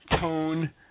Tone